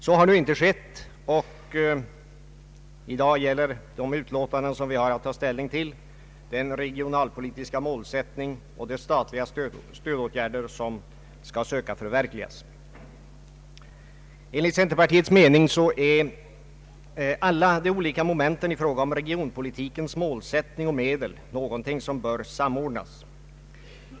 Så har nu inte skett, och i dag gäller de utlåtanden vi har att ta ställning till den regionalpolitiska målsättning och de statliga stödåtgärder som vi skall söka förverkliga. Enligt centerpartiets mening är alla de olika momenten i fråga om regionpolitikens målsättning och medel något som bör samordnas.